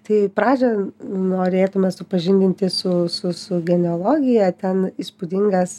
tai pradžią norėtume supažindinti su su su genealogija ten įspūdingas